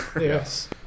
Yes